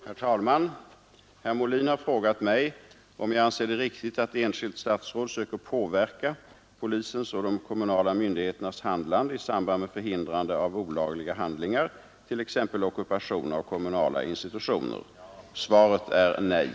Herr talman! Herr Molin har frågat mig om jag anser det riktigt att enskilt statsråd söker påverka polisens och de kommunala myndigheternas handlande i samband med förhindrandet av olagliga handlingar, t.ex. ockupation av kommunala institutioner. Svaret är nej.